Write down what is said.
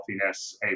healthiness